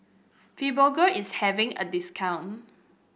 fibogel is having a discount